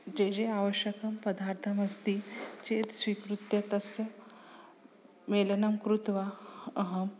ये ये आवश्यकं पदार्थमस्ति चेत् स्वीकृत्य तस्य मेलनं कृत्वा अहं